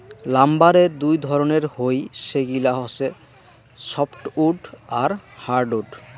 লাম্বারের দুই ধরণের হই, সেগিলা হসে সফ্টউড আর হার্ডউড